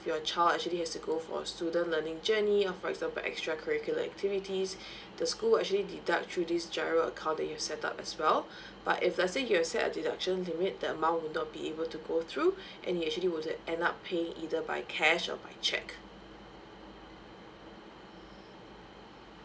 your child actually has to go for a student learning journey or for example extra curricular activities the school actually deduct through this giro account that you set up as well but if let's say you have set a deduction limit the amount would not be able to go through and you actually would end up paying either by cash or by cheque